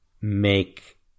make